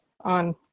on